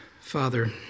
Father